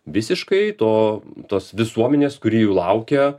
visiškai to tos visuomenės kuri jų laukia